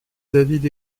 david